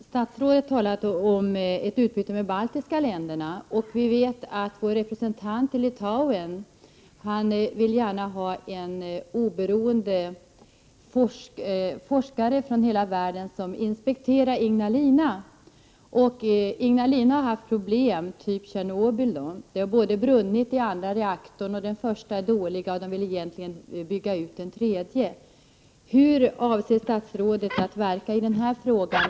Fru talman! Statsrådet talade om ett utbyte med de baltiska länderna. Vi vet att vår representant i Litauen gärna vill att oberoende forskare från hela världen skall inspektera Ignalina. Vid Ignalina har man haft ungefär samma problem som man har'haft i Tjernobyl. Den första reaktorn är dålig, det har brunnit i den andra och man vill egentligen bygga ut den tredje. Hur avser statsrådet att agera i det här frågan?